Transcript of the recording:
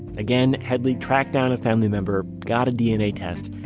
again, headley tracked down a family member got a dna test,